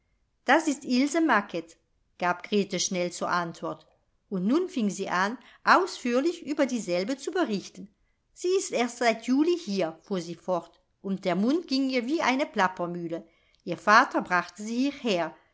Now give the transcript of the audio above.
das ist ilse macket gab grete schnell zur antwort und nun fing sie an ausführlich über dieselbe zu berichten sie ist erst seit juli hier fuhr sie fort und der mund ging ihr wie eine plappermühle ihr vater brachte sie hierher